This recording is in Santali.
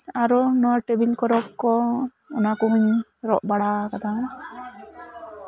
ᱟᱨᱚ ᱴᱮᱵᱤᱞ ᱠᱞᱚᱠ ᱠᱚ ᱟᱨᱚᱧ ᱨᱚᱜ ᱵᱟᱲᱟ ᱠᱟᱫᱟ